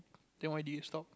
then why did you stop